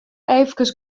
efkes